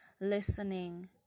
listening